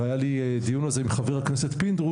והיה לי דיון על זה עם חבר הכנסת פינדרוס,